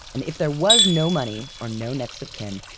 and if there was no money or no next of kin,